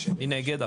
מי נגד?